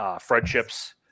friendships